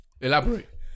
Elaborate